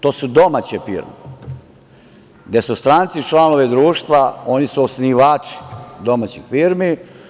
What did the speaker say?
To su domaće firme gde su stranci članovi društva, oni su osnivači domaćih firmi.